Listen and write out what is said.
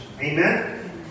Amen